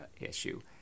issue